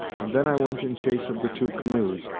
and then i went in chase of the two canoes,